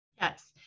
Yes